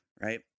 right